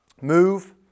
Move